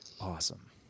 Awesome